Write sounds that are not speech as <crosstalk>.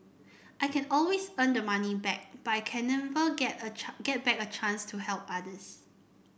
I can always earn the money back but I can never get a <unintelligible> get back a chance to help others